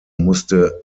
musste